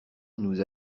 nous